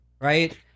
right